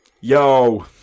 yo